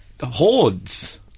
hordes